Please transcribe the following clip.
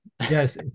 Yes